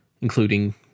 including